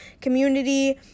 community